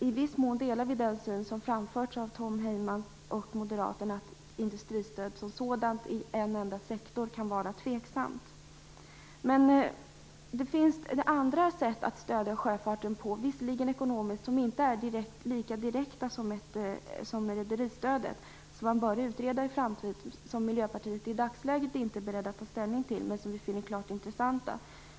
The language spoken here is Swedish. I viss mån delar vi den syn som framförts av Tom Heyman och Moderaterna, dvs. att industristöd i en enda sektor kan vara tveksamt. Det finns andra sätt att stödja sjöfarten på, visserligen ekonomiskt, som inte är lika direkta som rederistödet. Man bör utreda dessa i framtiden. Miljöpartiet är inte i dagsläget berett att ta ställning till dem, men vi finner dem klart intressanta.